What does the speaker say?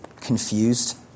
confused